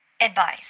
advice